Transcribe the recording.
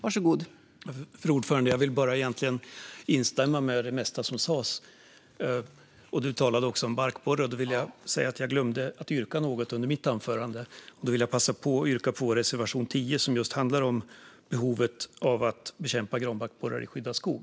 Fru talman! Jag vill egentligen bara instämma i det mesta som sas. Du talade om granbarkborren, Magnus Oscarsson. Då vill jag säga att jag glömde att yrka på något i mitt anförande och passa på att yrka bifall till reservation 10, som handlar just om behovet av att bekämpa granbarkborre i skyddad skog.